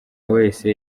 wese